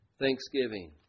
thanksgiving